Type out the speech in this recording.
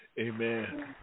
Amen